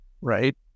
right